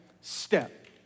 step